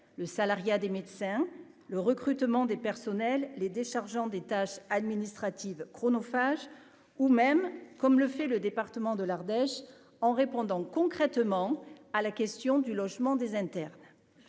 le salariat des médecins, le recrutement des personnels les déchargeant des tâches administratives chronophages ou même, comme le fait le département de l'Ardèche en répondant concrètement à la question du logement des internes,